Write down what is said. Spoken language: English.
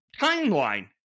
timeline